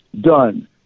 done